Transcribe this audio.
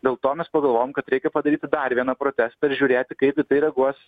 dėl to mes pagalvojom kad reikia padaryti dar vieną protestą ir žiūrėti kaip į tai reaguos